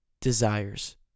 desires